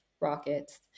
rockets